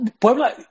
Puebla